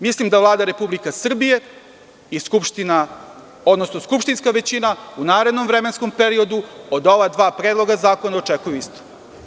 Mislim da Vlada Republike Srbije i skupštinska većina u narednom vremenskom periodu od ova dva predloga zakona očekuju isto.